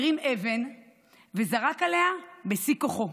הרים אבן וזרק עליה בשיא כוחו.